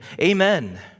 Amen